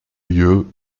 lieu